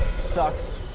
sucks.